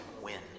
win